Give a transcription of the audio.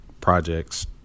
projects